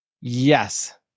Yes